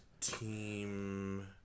team